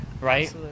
right